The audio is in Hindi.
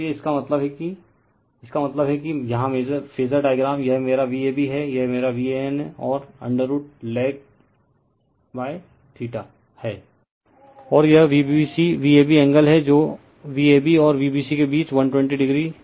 इसलिए इसका मतलब है कि इसका मतलब है कि यहां फेजर डायग्राम यह मेरा Vab हैं यह मेरा VAN और √lलेग θ है और यह VbcVab एंगल है जो Vab और Vbc के बीच 120 o पता है